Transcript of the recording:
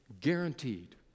Guaranteed